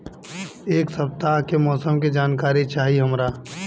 एक सपताह के मौसम के जनाकरी चाही हमरा